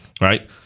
Right